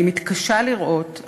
אני מתקשה לראות,